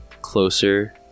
closer